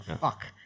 Fuck